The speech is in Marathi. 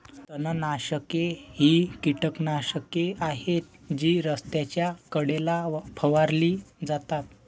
तणनाशके ही कीटकनाशके आहेत जी रस्त्याच्या कडेला फवारली जातात